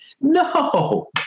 No